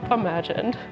imagined